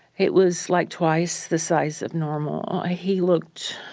it was, like, twice the size of normal. he looked